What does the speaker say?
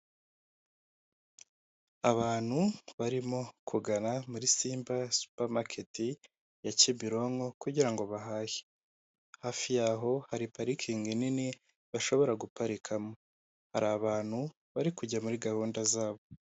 Abantu barimo kugana muri Simba supamaketi ya Kimironko kugira ngo bahahe, hafi yaho hari parikingi nini bashobora guparikamo, hari abantu bari kujya muri gahunda zabo.